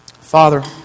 Father